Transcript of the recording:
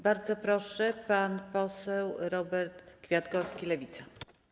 Bardzo proszę, pan poseł Robert Kwiatkowski, Lewica.